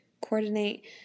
coordinate